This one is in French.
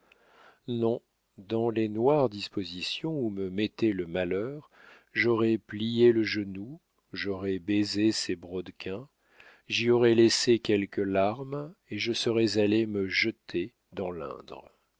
non dans les noires dispositions où me mettait le malheur j'aurais plié le genou j'aurais baisé ses brodequins j'y aurais laissé quelques larmes et je serais allé me jeter dans l'indre